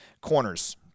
corners